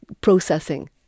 processing